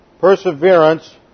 perseverance